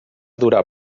durar